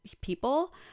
people